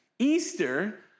Easter